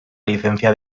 licencia